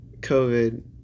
COVID